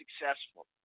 successful